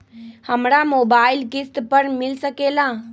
हमरा मोबाइल किस्त पर मिल सकेला?